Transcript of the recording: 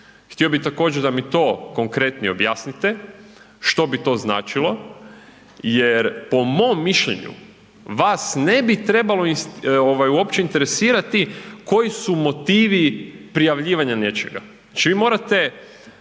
htio bi također da mi to konkretnije objasnite, što bi to značilo jer po mom mišljenju vas ne bi trebalo uopće interesirati koji su motivi prijavljivanja nečega, znači vi morate